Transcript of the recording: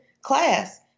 class